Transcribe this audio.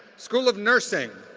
school of nursing.